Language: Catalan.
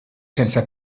sense